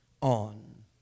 on